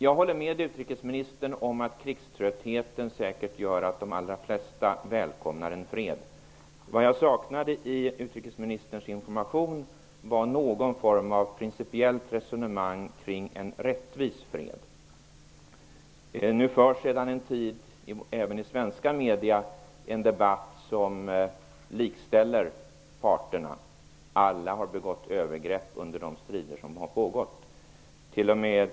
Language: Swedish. Jag håller med utrikesministern att krigströtthet säkert gör att de allra flesta välkomnar en fred. Jag saknade i utrikesministerns information någon form av principiellt resonemang kring en rättvis fred. Nu förs sedan en tid även i svenska media en debatt där parterna likställs. Alla har begått övergrepp under de strider som har pågått.